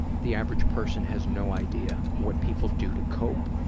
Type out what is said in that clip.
the average person has no idea what people do to cope,